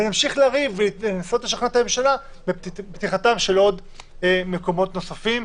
ונמשיך לריב ולנסות לשכנע את הממשלה בפתיחתם של עוד מקומות נוספים.